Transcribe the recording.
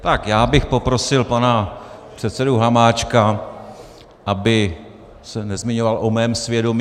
Tak já bych poprosil pana předsedu Hamáčka, aby se nezmiňoval o mém svědomí.